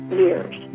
years